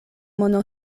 mono